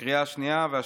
בקריאה השנייה והשלישית.